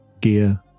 gear